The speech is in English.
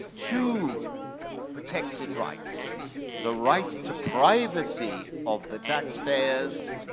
two protected rights the right to privacy of the taxpayers,